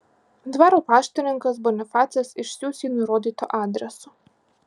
dvaro paštininkas bonifacas išsiųs jį nurodytu adresu